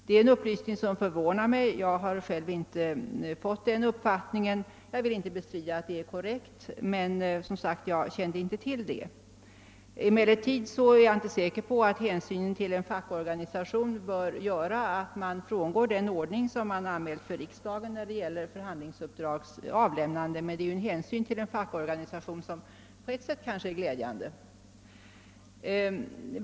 Det är en upplysning som förvånar 'mig, eftersom jag själv inte har fått den uppfattningen. Jag vill inte bestrida att uppgiften är korrekt, men jag kände inte till saken. Jag är inte säker på att hänsynen till en fackorganisation bör föranleda att man frångår den ordning för förhandlingsuppdrags avlämnande som man anmält för riksdagen, men på ett sätt är kanske en sådan hänsyn till en fackorganisation glädjande.